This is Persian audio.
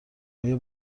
آیا